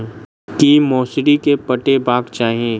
की मौसरी केँ पटेबाक चाहि?